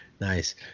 Nice